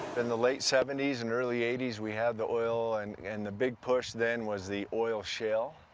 in the late seventy s and early eighty s we have the oil and and the big push then was the oil shale.